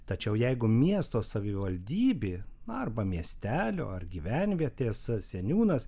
tačiau jeigu miesto savivaldybė arba miestelio ar gyvenvietės seniūnas